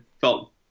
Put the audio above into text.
felt –